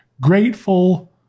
Grateful